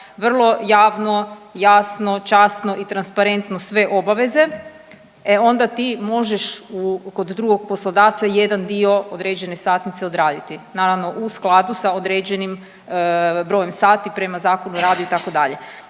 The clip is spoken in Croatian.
vrlo javno, jasno, časno i transparentno sve obveze e onda ti možeš kod drugog poslodavca jedan dio određene stanice odraditi naravno u skladu s određenim brojem sati prema Zakon o radu itd.